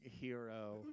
hero